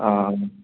ആ